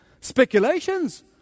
Speculations